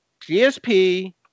GSP